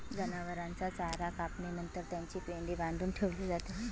जनावरांचा चारा कापणी नंतर त्याची पेंढी बांधून ठेवली जाते